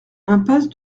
impasse